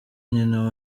nyina